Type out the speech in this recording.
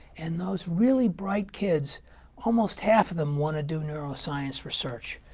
and those really bright kids almost half of them want to do neuroscience research.